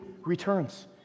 returns